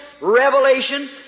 revelation